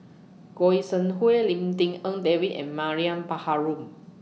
Goi Seng Hui Lim Tik En David and Mariam Baharom